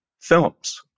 films